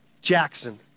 Jackson